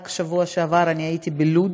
רק בשבוע שעבר הייתי בבניין בלוד,